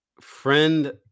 friend